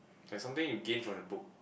like something you gain from the book